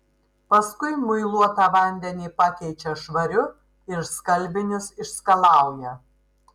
paskui muiluotą vandenį pakeičia švariu ir skalbinius išskalauja